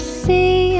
see